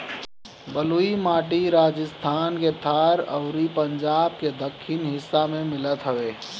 बलुई माटी राजस्थान के थार अउरी पंजाब के दक्खिन हिस्सा में मिलत हवे